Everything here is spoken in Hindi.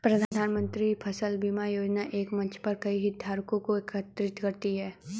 प्रधानमंत्री फसल बीमा योजना एक मंच पर कई हितधारकों को एकीकृत करती है